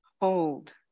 hold